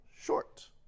short